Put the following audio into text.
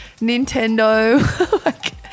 Nintendo